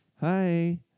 hi